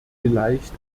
vielleicht